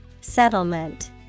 Settlement